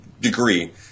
degree